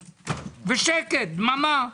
ושקט, דממה.